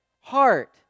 heart